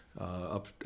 up